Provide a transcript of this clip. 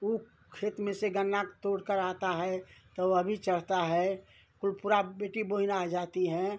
ऊख खेत में से गन्ना तोड़कर आता है तो वह भी चढ़ता है कुल पूरा बेटी बहन आ जाती हैं